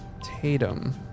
Tatum